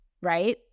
Right